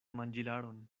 manĝilaron